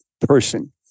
person